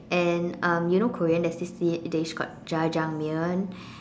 and um you know Korean there's this d~ dish called jjajangmyeon